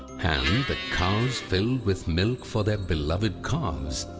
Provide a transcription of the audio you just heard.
and the cows filled with milk for their beloved calves.